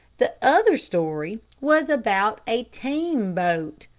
the other story was about a team-boat,